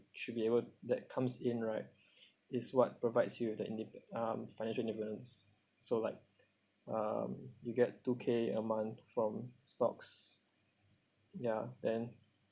should be able that comes in right is what provides you with the inde~ um financial independence so like um you get two K a month from stocks ya then